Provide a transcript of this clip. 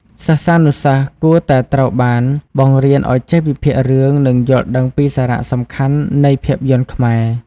សិស្សានុសិស្សគួរតែត្រូវបានបង្រៀនឲ្យចេះវិភាគរឿង និងយល់ដឹងពីសារៈសំខាន់នៃភាពយន្តខ្មែរ។